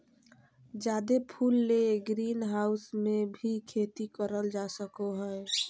जादे फूल ले ग्रीनहाऊस मे भी खेती करल जा सको हय